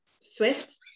Swift